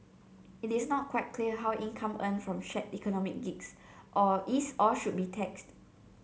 it is not quite clear how income earned from shared economy gigs or is or should be taxed